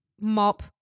mop